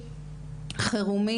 חירום,